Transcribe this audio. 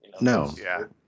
No